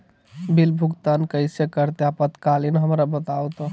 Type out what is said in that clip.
Bill भुगतान कैसे करते हैं आपातकालीन हमरा बताओ तो?